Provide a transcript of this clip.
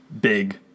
big